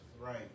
right